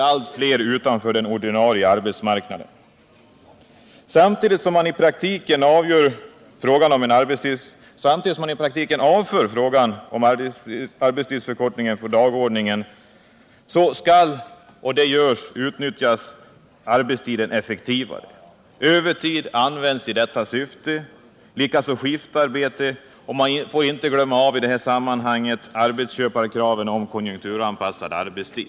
Nr 147 allt fler utanför den ordinarie arbetsmarknaden. Fredagen den Samtidigt som man i praktiken avför frågan om arbetstidsförkortningen 19 maj 1978 från dagordningen, skall den nuvarande arbetstiden utnyttjas effektivare, och det görs också. Övertid används i detta syfte, likaså skiftarbete, och man får i detta sammanhang inte glömma arbetsköparkraven om konjunkturanpassad arbetstid.